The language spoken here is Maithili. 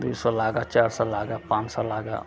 तीन सए लागै चारि सए लागैत पाँच सए लागैत